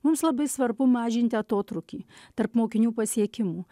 mums labai svarbu mažinti atotrūkį tarp mokinių pasiekimų